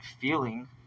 feeling